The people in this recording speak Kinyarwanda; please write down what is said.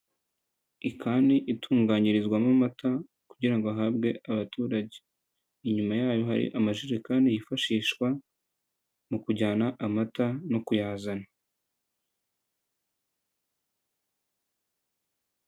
Ikani itunganyirizwamo amata kugira ngo ahabwe abaturage, inyuma yayo hari amajerekani yifashishwa mu kujyana amata no kuyazana.